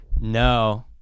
no